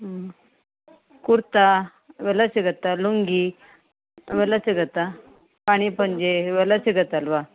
ಹ್ಞೂ ಕುರ್ತಾ ಇವೆಲ್ಲ ಸಿಗುತ್ತೆ ಲುಂಗಿ ಅವೆಲ್ಲ ಸಿಗುತ್ತಾ ಪಾಣಿ ಪಂಜೆ ಇವೆಲ್ಲ ಸಿಗುತ್ತಲ್ವ